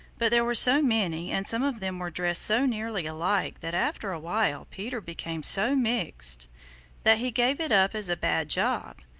but there were so many and some of them were dressed so nearly alike that after awhile peter became so mixed that he gave it up as a bad job.